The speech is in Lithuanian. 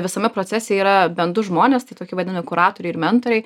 visame procese yra bent du žmonės tai toki vadinam kuratoriai ir mentoriai